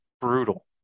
Brutal